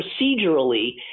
procedurally